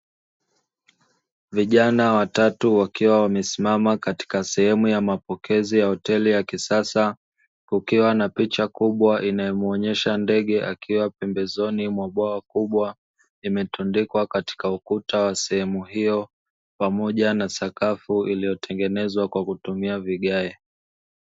Vijana watatu wakiwa wamesimama katika sehemu ya mapokezi ya hoteli ya kisasa, kukiwa na picha kubwa inayo muonesha ndege akiwa pembezoni mwa bwawa kubwa imetundikwa katika wa sehemu hiyo, pamoja na sakafu iliyotengenezwa kwa kutumia vigae.